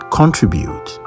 contribute